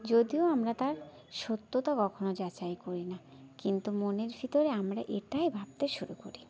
যদিও আমরা তার সত্যতা কখনও যাচাই করি না কিন্তু মনের ভিতরে আমরা এটাই ভাবতে শুরু করি